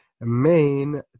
main